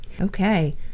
Okay